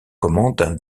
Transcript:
commandes